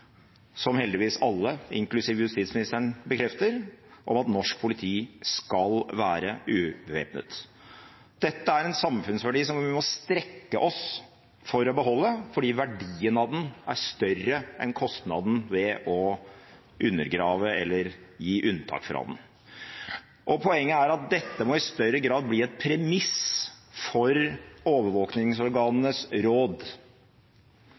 som heldigvis alle, inklusive justisministeren, bekrefter – om at norsk politi skal være ubevæpnet. Dette er en samfunnsverdi som vi må strekke oss for å beholde, fordi verdien av den er større enn kostnaden ved å undergrave eller gi unntak fra den. Poenget er at dette i større grad må bli et premiss for overvåkningsorganenes råd.